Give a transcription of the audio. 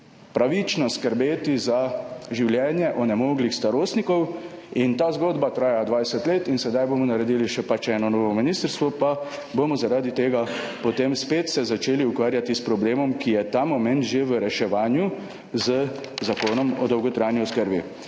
pravično skrbeti za življenje onemoglih starostnikov. Ta zgodba traja 20 let in sedaj bomo naredili še pač eno novo ministrstvo, pa bomo, zaradi tega, potem spet se začeli ukvarjati s problemom, ki je ta moment že v reševanju z Zakonom o dolgotrajni oskrbi.